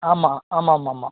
ஆமாம் ஆமாம் மா மா